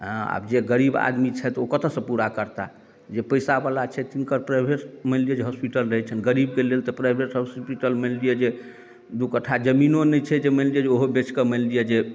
हँ आब जे गरीब आदमी छथि ओ कतऽसँ पूरा करताह जे पैसा बला छै तिनकर प्राइभेट मानि लिअ जे हॉस्पिटल रहैत छनि गरीबके लेल तऽ प्राइवेट हॉस्पिटल मानि लिअ जे दू कट्ठा जमीनो नहि छै जे मानि लिअ जे ओहो बेच कऽ मानि लिअ जे